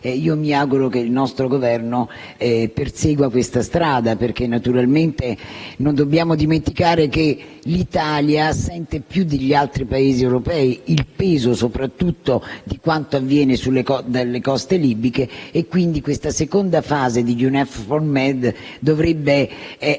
mi auguro che il nostro Governo persegua questa strada. Non dobbiamo infatti dimenticare che l'Italia sente più degli altri Paesi europei il peso di quanto avviene sulle coste libiche e, quindi, questa seconda fase di EUNAVFOR Med dovrebbe essere